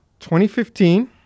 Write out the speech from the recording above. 2015